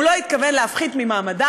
הוא לא התכוון להפחית ממעמדה,